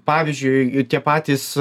pavyzdžiui tie patys